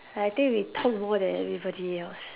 I think we talk more than everybody else